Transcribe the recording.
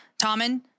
Tommen